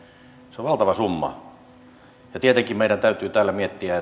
se on valtava summa tietenkin meidän täytyy täällä miettiä